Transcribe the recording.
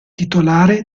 titolare